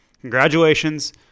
congratulations